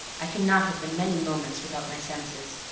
i cannot have been many moments without my senses.